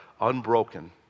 Unbroken